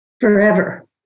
forever